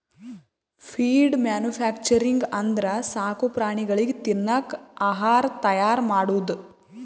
feed manufacturing ಅಂದ್ರ ಸಾಕು ಪ್ರಾಣಿಗಳಿಗ್ ತಿನ್ನಕ್ ಆಹಾರ್ ತೈಯಾರ್ ಮಾಡದು